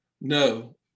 No